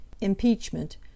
Impeachment